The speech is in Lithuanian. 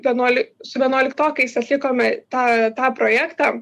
vienuoli su vienuoliktokais atlikome tą tą projektą